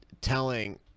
telling